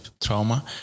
trauma